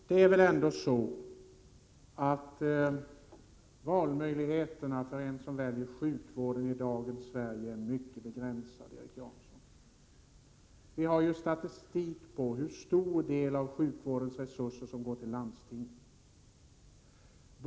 Herr talman! Valmöjligheterna för den som väljer sjukvården som arbetsfält i dagens Sverige är mycket begränsade, Erik Janson. Vi har statistik på hur stor del av sjukvårdens resurser som går till landstingen.